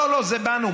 לא, לא, לא, זה בנו.